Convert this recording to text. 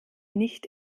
nicht